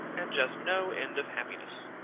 and just no end of happiness.